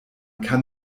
kann